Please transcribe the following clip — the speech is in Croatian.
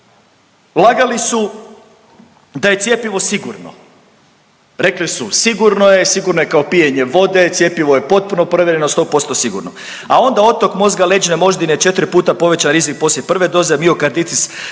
Lagali su da je cjepivo sigurno, rekli su sigurno je, sigurno je kao pijenje vode, cjepivo je potpuno provjereno, 100% sigurno, a onda otok mozga, leđne moždine, četri puta povećan rizik poslije prve doze, miokarditis